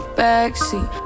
backseat